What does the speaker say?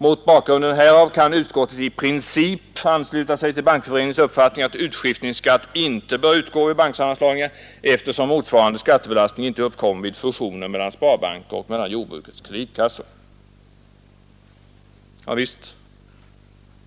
Mot bakgrunden härav kan utskottet i princip ansluta sig till bankföreningens uppfattning att utskiftningsskatt inte bör utgå vid banksammanslagningar, eftersom motsvarande skattebelastning inte uppkommer vid fusioner mellan sparbanker och mellan jordbrukets kreditkassor.” Visst